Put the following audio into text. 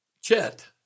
Chet